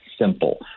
simple